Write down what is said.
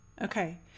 okay